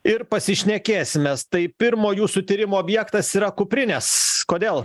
ir pasišnekėsim mes tai pirmo jūsų tyrimo objektas yra kuprinės kodėl